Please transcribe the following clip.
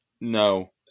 no